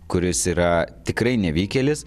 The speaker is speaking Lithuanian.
kuris yra tikrai nevykėlis